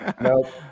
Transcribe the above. no